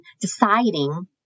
deciding